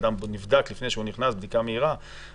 אדם נבדק בבדיקה מהירה לפני שהוא נכנס,